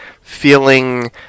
feeling